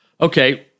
Okay